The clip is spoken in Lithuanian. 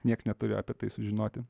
nieks neturi apie tai sužinoti